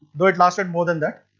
though it lasted more than that,